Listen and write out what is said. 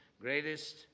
greatest